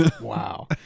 Wow